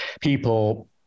people